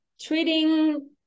treating